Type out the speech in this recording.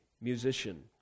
musician